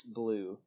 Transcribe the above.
blue